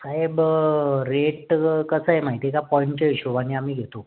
साहेब rate कसं आहे माहिती आहे का पॉइंटच्या हिशोबानी आम्ही घेतो